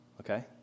okay